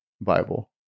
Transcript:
Bible